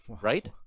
Right